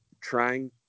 trying